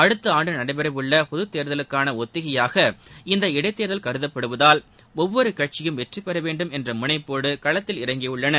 அடுத்த ஆண்டு நடைபெறவுள்ள பொதுத் தேர்தலுக்கான ஒத்திகையாக இந்த இடைத் தேர்தல் கருதப்படுவதால் ஒவ்வொரு கட்சியும் வெற்றி பெற வேண்டும் என்ற முனைப்போடு களத்தில் இறங்கியுள்ளன